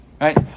Right